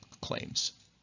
claims